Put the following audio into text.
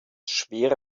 schwere